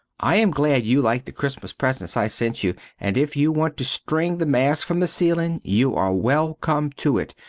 i am glad you like the cristmas presents i sent you and if you want to string the mask from the ceilin you are well come to it,